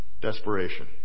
desperation